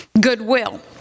Goodwill